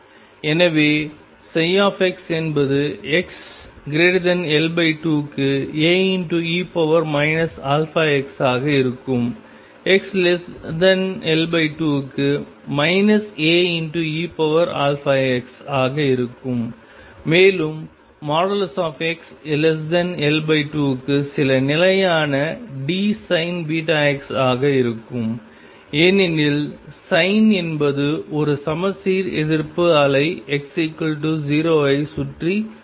எனவே ψ என்பது xL2 க்கு Ae αx ஆக இருக்கும் xL2 க்கு Aeαx ஆக இருக்கும் மேலும் xL2 க்கு சில நிலையான Dsin βx ஆக இருக்கும் ஏனெனில் sin என்பது ஒரு சமச்சீர் எதிர்ப்பு அலை x0 ஐச் சுற்றி செயல்படுகிறது